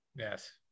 Yes